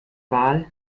wahl